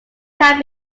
can